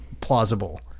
plausible